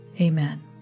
Amen